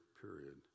period